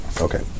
Okay